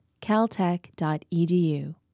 caltech.edu